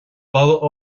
balla